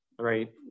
Right